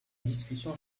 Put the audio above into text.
discussion